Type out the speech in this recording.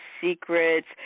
secrets